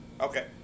okay